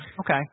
Okay